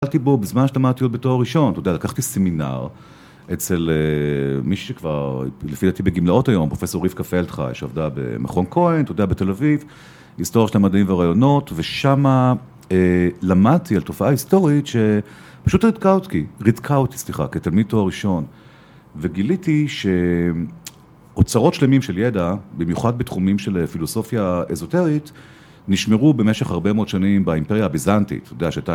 ‫למדתי בו בזמן ‫שלמדתי עוד בתואר ראשון, אתה יודע, ‫לקחתי סמינר אצל מישהו שכבר, ‫לפי דעתי, בגמלאות היום, ‫פרופ' רבקה פלדחי, ‫שעובדה במכון כהן, אתה יודע, בתל אביב, ‫היסטוריה של המדעים והרעיונות, ‫ושמה למדתי על תופעה היסטורית ‫שפשוט ריתקה אותי, סליחה, ‫כתלמיד תואר ראשון, ‫וגיליתי שאוצרות שלמים של ידע, ‫במיוחד בתחומים של פילוסופיה אזוטרית, ‫נשמרו במשך הרבה מאוד שנים ‫באימפריה הביזנטית.